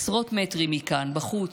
עשרות מטרים מכאן, בחוץ,